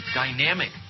dynamic